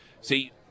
See